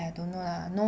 !aiya! don't know lah